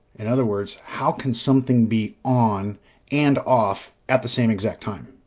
in other words, how can something be on and off at the same exact time?